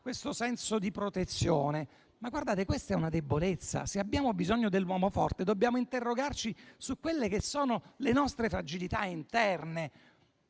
questo senso di protezione. Ma questa è una debolezza. Se abbiamo bisogno dell'uomo forte, dobbiamo interrogarci sulle nostre fragilità interne.